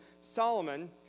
Solomon